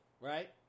right